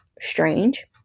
strange